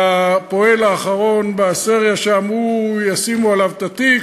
שהפועל האחרון בסריה שם, ישימו עליו את התיק,